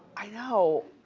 i know.